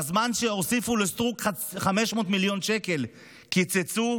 בזמן שהוסיפו לסטרוק 500 מיליון שקל, קיצצו